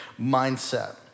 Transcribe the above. mindset